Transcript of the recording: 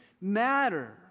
matter